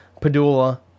Padula